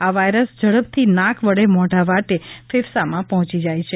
આ વાયરસ ઝડપથી નાક વડે મોઢા વાટે ફેફસામાં પહોંચી જાય છે